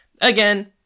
Again